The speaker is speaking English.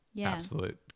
absolute